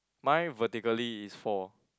mine vertically is four